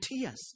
tears